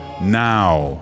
now